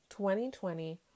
2020